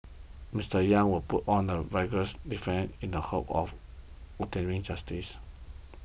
Mister Yang will put up a vigorous defence in the hope of obtaining justice